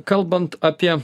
kalbant apie